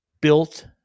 built